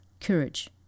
courage